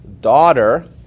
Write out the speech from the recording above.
daughter